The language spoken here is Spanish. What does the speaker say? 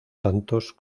tantos